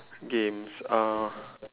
games uh